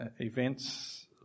events